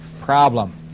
problem